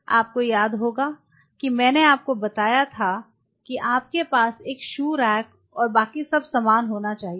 आपको याद होगा कि मैंने आपको बताया था कि आपके पास एक शू रैक और बाकि सब सामान होना चाहिए